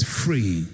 free